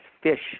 Fish